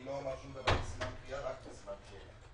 אני לא אומר שום דבר בסימן קריאה, רק בסימן שאלה.